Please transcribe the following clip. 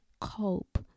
cope